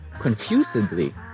Confusedly